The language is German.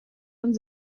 und